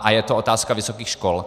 A je to otázka vysokých škol.